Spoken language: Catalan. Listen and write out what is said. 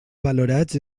valorats